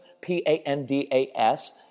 P-A-N-D-A-S